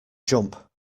jump